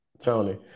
Tony